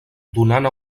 donant